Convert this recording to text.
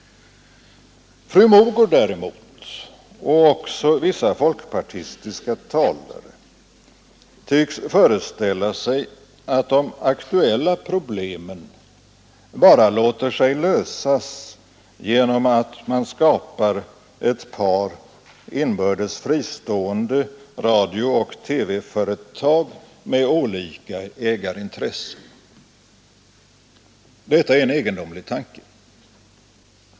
Fru Mogård däremot, och även vissa folkpartistiska talare, föreställer sig att de aktuella problemen bara låter sig lösas genom att man skapar ett par inbördes fristående radiooch TV-företag med olika ägarintressen. Detta är en egendomlig tanke.